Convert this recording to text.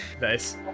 Nice